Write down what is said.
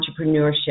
entrepreneurship